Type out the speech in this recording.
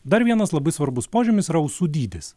dar vienas labai svarbus požymis yra ausų dydis